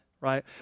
right